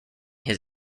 his